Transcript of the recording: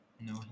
No